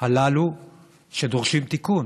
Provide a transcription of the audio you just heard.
הללו שדורשים תיקון.